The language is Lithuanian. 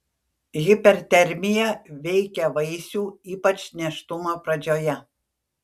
hipertermija veikia vaisių ypač nėštumo pradžioje